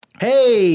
Hey